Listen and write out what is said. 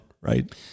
right